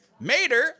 Mater